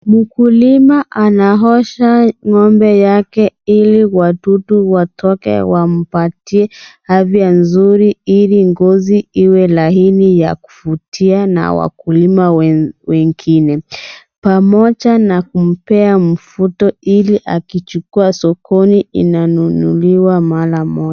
Mkulima anaosha ngombe yake ili wadudu watoke wampatie afya nzuri ili ngozi lowe lainibya kuvutia na wakulima wengine pamojanna kumpea mfuto ili akichukua sokoni inananunuliwa mara moja.